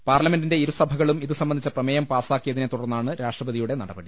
പാർല മെന്റിന്റെ ഇരുസഭകളും ഇതു സംബന്ധിച്ച പ്രമേയം പാസ്സാക്കിയതിനെ തുടർന്നാ ണ് രാഷ്ട്രപതിയുടെ നടപടി